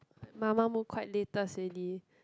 mamamoo quite latest ready